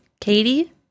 Katie